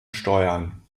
steuern